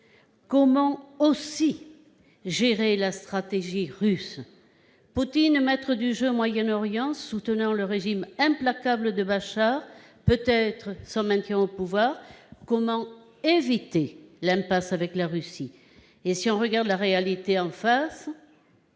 Comment gérer la stratégie russe, celle de Poutine, maître du jeu au Moyen-Orient soutenant le régime implacable de Bachar, et peut-être son maintien au pouvoir ? Comment éviter l'impasse avec la Russie ? Est-ce le retour à la logique des